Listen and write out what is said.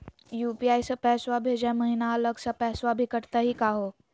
UPI स पैसवा भेजै महिना अलग स पैसवा भी कटतही का हो?